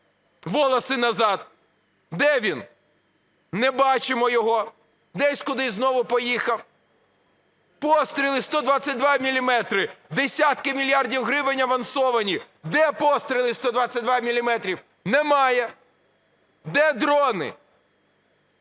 волоси назад. Де він? Не бачимо його, десь, кудись знову поїхав. Постріли 122 міліметри, десятки мільярдів гривень авансовані. Де постріли 122 міліметри? Немає. Де дрони?